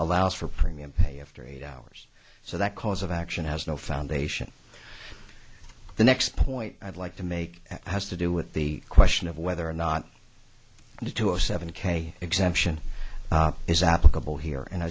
allows for premium pay after eight hours so that cause of action has no foundation the next point i'd like to make has to do with the question of whether or not due to a seven k exemption is applicable here and i